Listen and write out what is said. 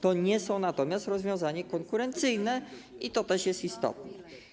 To nie są natomiast rozwiązania konkurencyjne i to też jest istotne.